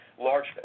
large